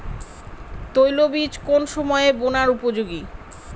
তৈলবীজ কোন সময়ে বোনার উপযোগী?